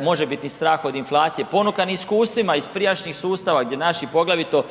možebitni strah od inflacije, ponukan iskustvima iz prijašnjih sustava gdje naši poglavito